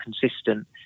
consistent